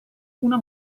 una